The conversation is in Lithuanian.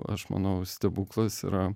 aš manau stebuklas yra